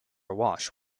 awash